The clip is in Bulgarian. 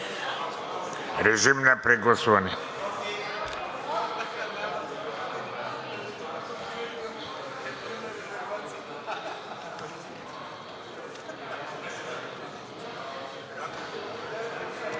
Режим на прегласуване.